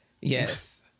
Yes